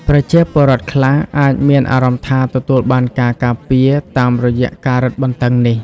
ប្រជាពលរដ្ឋខ្លះអាចមានអារម្មណ៍ថាទទួលបានការការពារ តាមរយៈការរឹងបន្ដឹងនេះ។